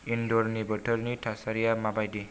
इन्डरनि बोथोरनि थासारिया माबायदि